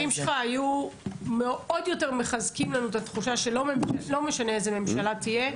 הדברים שלך עוד יותר מחזקים לנו את התחושה שלא משנה איזה ממשלה תהיה.